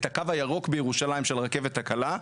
את הקו הירוק בירושלים של הרכבת הקלה,